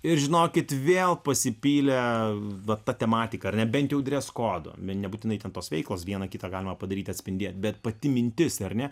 ir žinokit vėl pasipylė vat ta tematika ar bent jau dreskodo nebūtinai ten tos veiklos vieną kitą galima padaryti atspindy bet pati mintis ar ne